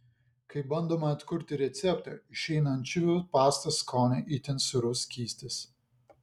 kai bandoma atkurti receptą išeina ančiuvių pastos skonio itin sūrus skystis